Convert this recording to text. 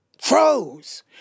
Froze